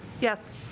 Yes